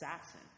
assassin